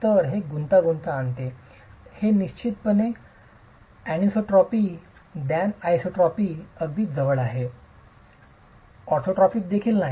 तर हे गुंतागुंत आणते हे निश्चितपणे आयसोट्रॉपीपेक्षा एनिसोट्रोपीच्या अगदी जवळ आहे ऑर्थोट्रॉपिक देखील नाही